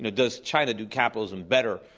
yeah does china do capitalism better?